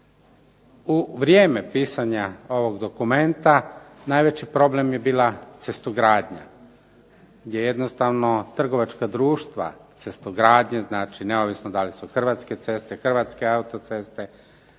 U vrijeme pisanja ovog dokumenta, najveći problem je bila cestogradnja, gdje jednostavno trgovačka društva cestogradnje, znači neovisno da li su Hrvatske ceste, Hrvatske autoceste